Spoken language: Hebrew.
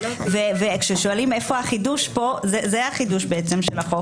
וכששואלים איפה החידוש - זה החידוש של החוק.